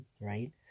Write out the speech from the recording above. right